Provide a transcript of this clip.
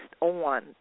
on